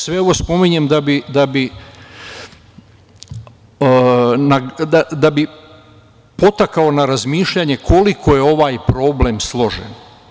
Sve ovo spominjem da bi podstakao na razmišljanje koliko je ovaj problem složen.